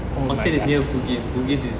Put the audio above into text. orchard is near bugis bugis